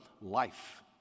life